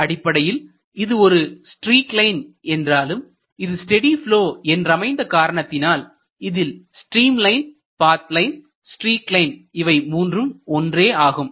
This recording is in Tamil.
அடிப்படையில் இது ஒரு ஸ்ட்ரீக் லைன் என்றாலும் இது ஸ்டெடி ப்லொ என்றமைந்த காரணத்தினால் இதில் stream line path line streak line இவை மூன்றும் ஒன்றே ஆகும்